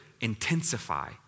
intensify